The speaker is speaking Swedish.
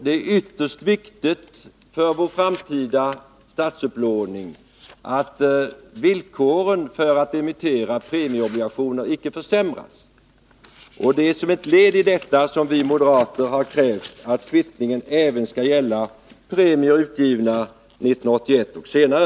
Det är ytterst viktigt för vår framtida statsupplåning att villkoren för att emittera premieobligationer icke försämras. Det är som ett led i detta som vi moderater har krävt att kvittningen även skall gälla premieobligationer utgivna 1981 och senare.